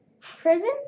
Prison